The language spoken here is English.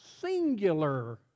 singular